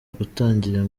gutangira